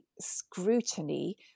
scrutiny